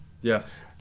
Yes